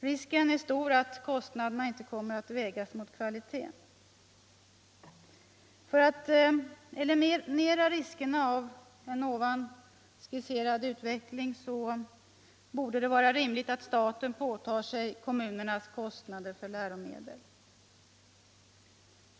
Risken är stor att kostnaderna inte kommer att vägas mot kvaliteten. För att eliminera riskerna av den skisserade utvecklingen borde det vara rimligt att staten påtar sig kommunernas kostnader för läromedel.